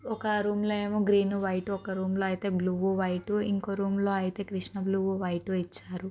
ఒక రూమ్లో ఏమో గ్రీన్ వైట్ ఒక రూమ్లో అయితే బ్లూ వైట్ ఇంకో రూమ్లో అయితే కృష్ణ బ్లూ వైట్ ఇచ్చారు